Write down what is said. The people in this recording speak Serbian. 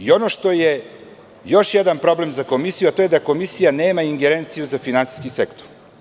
Ono što je još jedan problem za komisiju, a to je da komisija nema ingerenciju za finansijski sektor.